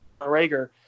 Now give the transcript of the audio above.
Rager